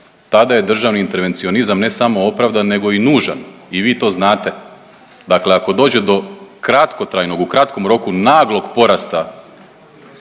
tada je državni intervencionizam ne samo opravdan, nego i nužan i vi to znate. Dakle, ako dođe do kratkotrajnog, u kratkom roku naglog porasta